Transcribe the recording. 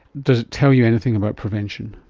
does it tell you anything about prevention?